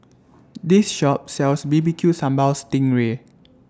This Shop sells B B Q Sambal Sting Ray